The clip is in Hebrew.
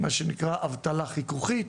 מה שנקראה אבטלה חיכוכית,